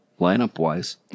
lineup-wise